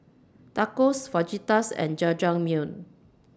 Tacos Fajitas and Jajangmyeon